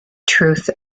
truth